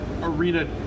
Arena